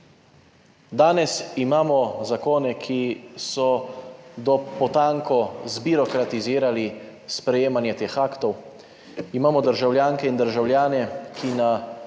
Danes imamo zakone, ki so do potankosti zbirokratizirali sprejemanje teh aktov. Imamo državljanke in državljane, ki na